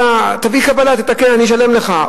תתקן, תביא קבלה, אני אשלם לך.